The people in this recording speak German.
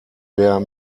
der